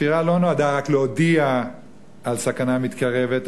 שהצפירה לא נועדה רק להודיע על הסכנה המתקרבת,